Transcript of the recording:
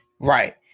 Right